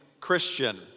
Christian